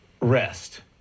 rest